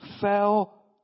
fell